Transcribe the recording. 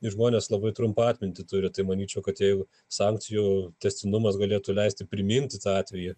žmonės labai trumpą atmintį turi tai manyčiau kad jei sankcijų tęstinumas galėtų leisti priminti tą atvejį